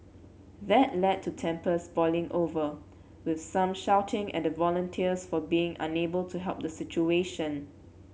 that led to tempers boiling over with some shouting at the volunteers for being unable to help the situation